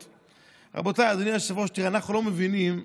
ודווקא בשנים האחרונות חל שינוי בנושא הזה: